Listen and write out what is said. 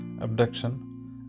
abduction